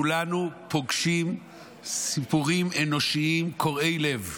כולנו פוגשים סיפורים אנושיים קורעי לב.